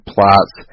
Plots